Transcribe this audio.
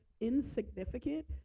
insignificant